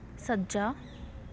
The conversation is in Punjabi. ਸੱਜਾ